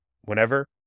whenever